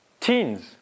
Teens